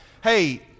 Hey